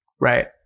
Right